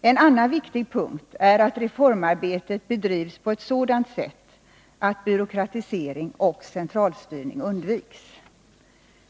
En annan viktig punkt är att reformarbetet bedrivs på ett sådant sätt att byråkratisering och centralstyrning undviks.